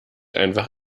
einfach